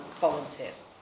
volunteers